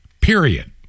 Period